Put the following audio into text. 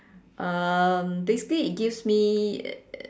um basically it gives me